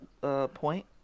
point